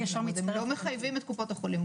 הם לא מחייבים את קופות החולים.